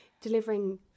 delivering